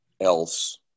else